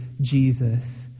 Jesus